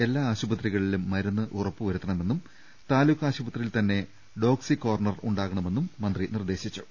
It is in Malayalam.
എല്ലാ ആശുപത്രികളിലും മരുന്ന് ഉറപ്പുവരുത്തണമെന്നും താലൂക്ക് ആശുപത്രിയിൽ തന്നെ ഡോക്സികോർണർ ഉണ്ടാകണമെന്നും മന്ത്രി നിർദേശിച്ചു